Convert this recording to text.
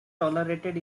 tolerated